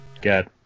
get